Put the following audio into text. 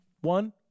one